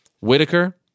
Whitaker